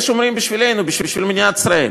את זה שומרים בשבילנו, בשביל מדינת ישראל.